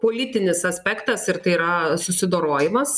politinis aspektas ir tai yra susidorojimas